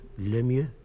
Lemieux